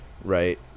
right